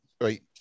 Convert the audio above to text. Right